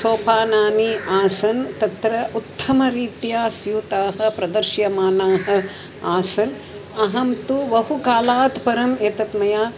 सोपानानि आसन् तत्र उत्तमरीत्या स्यूताः प्रदर्श्यमानाः आसन् अहं तु बहु कालात् परम् एतत् मया